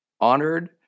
honored